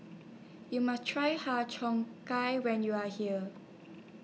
YOU must Try Har Cheong Gai when YOU Are here